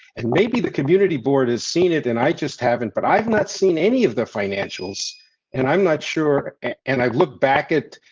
and maybe the community board has seen it and i just haven't, but i've not seen any of the financials and i'm not sure and i look back at.